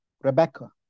Rebecca